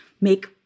make